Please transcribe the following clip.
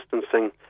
distancing